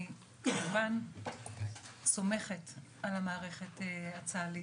כמובן שאני סומכת על המערכת הצה"לית,